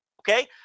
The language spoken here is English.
Okay